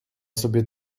sobie